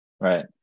Right